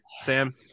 Sam